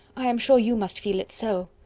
i am sure you must feel it so.